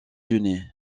unis